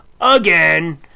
again